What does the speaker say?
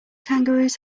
kangaroos